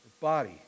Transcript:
body